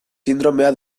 sindromea